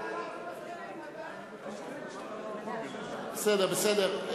מתן, אנחנו מסכימים, בסדר, בסדר.